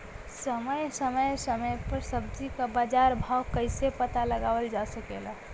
समय समय समय पर सब्जी क बाजार भाव कइसे पता लगावल जा सकेला?